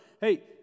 hey